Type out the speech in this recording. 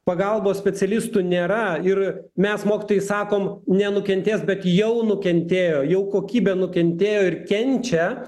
pagalbos specialistų nėra ir mes mokytojai sakom nenukentės bet jau nukentėjo jau kokybė nukentėjo ir kenčia